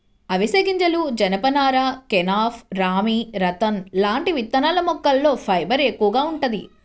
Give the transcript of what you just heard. అవిశె గింజలు, జనపనార, కెనాఫ్, రామీ, రతన్ లాంటి విత్తనాల మొక్కల్లో ఫైబర్ ఎక్కువగా వుంటది